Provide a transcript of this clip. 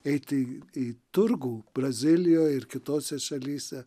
eiti į turgų brazilijoj ir kitose šalyse